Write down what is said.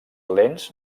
lents